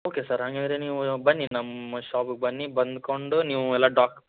okay sir ಹಂಗಂದ್ರೆ ನೀವು ಬನ್ನಿ ನಮ್ಮ ಶಾಪಗೆ ಬನ್ನಿ ಬಂದ್ಕೊಂಡು ನೀವು ಎಲ್ಲ ಡಾಕ್